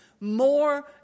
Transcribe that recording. more